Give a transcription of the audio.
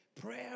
Prayer